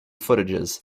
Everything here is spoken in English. footages